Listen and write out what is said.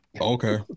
Okay